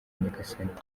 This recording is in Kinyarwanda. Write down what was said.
nyagasani